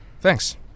Thanks